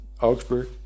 Augsburg